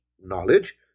knowledge